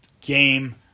game